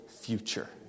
future